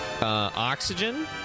oxygen